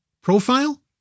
profile